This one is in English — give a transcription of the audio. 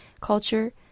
culture